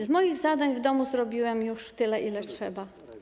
Z moich zadań w domu zrobiłem już tyle, ile trzeba.